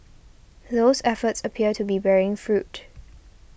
those efforts appear to be bearing fruit